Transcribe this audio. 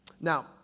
Now